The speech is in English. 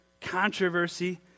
controversy